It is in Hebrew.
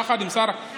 יחד עם השר,